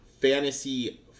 fantasy